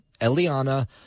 Eliana